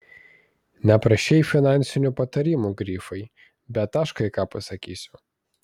neprašei finansinių patarimų grifai bet aš kai ką pasakysiu